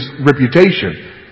reputation